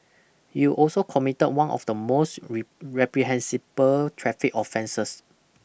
you also committed one of the most reprehensible traffic offences